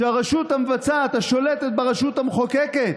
שהרשות המבצעת, השולטת ברשות המחוקקת,